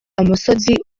amosozi